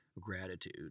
gratitude